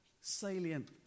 salient